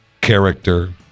character